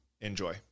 Enjoy